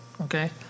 Okay